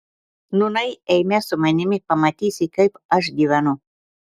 nūnai eime su manimi pamatysi kaip aš gyvenu